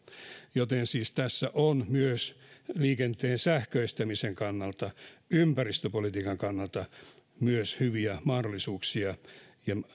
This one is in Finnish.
joten siis tässä on myös liikenteen sähköistämisen kannalta ympäristöpolitiikan kannalta hyviä mahdollisuuksia ja